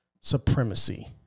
supremacy